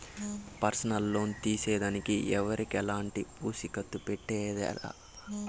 personal loan తీసేదానికి ఎవరికెలంటి పూచీకత్తు పెట్టేదె లా